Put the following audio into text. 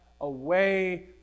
Away